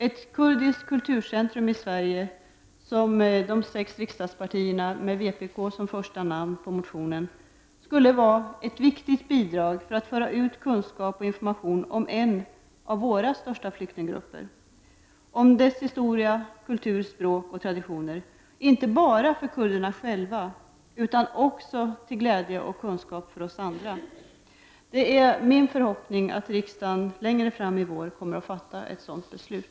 Ett kurdiskt kulturcentrum i Sverige — som de sex riksdagspartierna föreslagit i motionen, med en vpk-ledamot som första namn — skulle vara ett viktigt bidrag för att föra ut kunskap och information om en av våra största flyktinggruppers historia, kultur, språk och traditioner, inte bara för kurderna själva utan också till glädje och kunskap för oss andra. Det är min förhoppning att riksdagen längre fram i vår kommer att fatta ett sådant beslut.